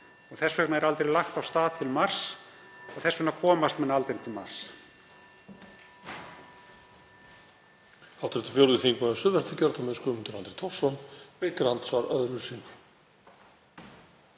Þess vegna er aldrei lagt af stað til Mars og þess vegna komast menn aldrei til Mars.